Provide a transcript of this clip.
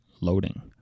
loading